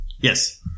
Yes